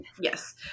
Yes